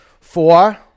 Four